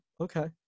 okay